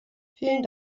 vielen